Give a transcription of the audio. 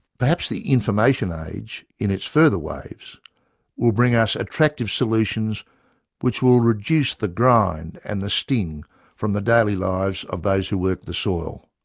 perhaps the information age in its further waves will bring us attractive solutions which will reduce the grind and the sting from the daily lives of those who work the soil.